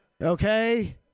Okay